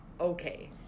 okay